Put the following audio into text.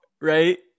Right